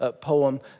poem